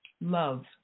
Love